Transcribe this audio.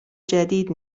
جدید